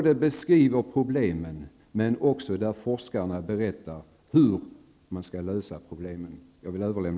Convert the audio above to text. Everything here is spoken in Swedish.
Den beskriver problemen, och forskarna berättar hur man skall lösa problemen.